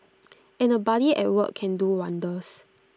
and A buddy at work can do wonders